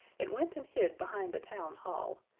it went and hid behind the town hall,